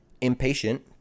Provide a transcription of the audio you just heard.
Impatient